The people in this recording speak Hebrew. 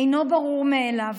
אינו ברור מאליו.